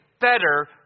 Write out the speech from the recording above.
better